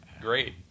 great